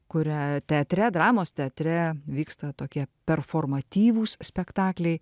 kuria teatre dramos teatre vyksta tokie performatyvūs spektakliai